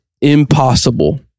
impossible